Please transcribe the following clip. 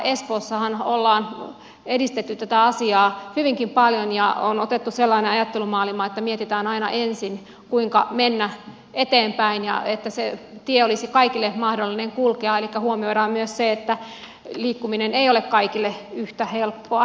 espoossahan on edistetty tätä asiaa hyvinkin paljon ja on otettu sellainen ajattelumaailma että mietitään aina ensin kuinka mennä eteenpäin että se tie olisi kaikille mahdollinen kulkea elikkä huomioidaan myös se että liikkuminen ei ole kaikille yhtä helppoa